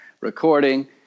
recording